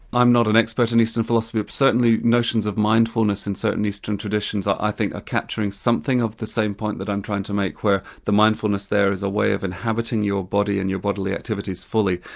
i'm not an expert in eastern philosophy, but certainly notions of mindfulness in certain eastern traditions are i think capturing something of the same point that i'm trying to make, where the mindfulness there is a way of inhabiting your body and your bodily activities fully.